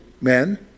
men